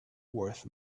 worth